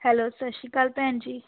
hello ਸਤਿ ਸ਼੍ਰੀ ਅਕਾਲ ਭੈਣ ਜੀ